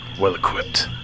well-equipped